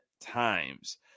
times